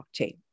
blockchain